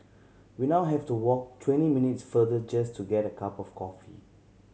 we now have to walk twenty minutes further just to get a cup of coffee